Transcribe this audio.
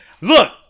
Look